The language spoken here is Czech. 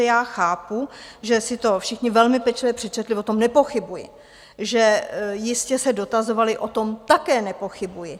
Já chápu, že si to všichni velmi pečlivě přečetli, o tom nepochybuji, že jistě se dotazovali, o tom také nepochybuji.